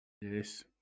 Yes